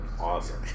Awesome